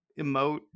emote